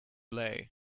lay